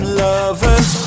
lovers